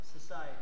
society